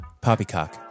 Poppycock